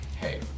hey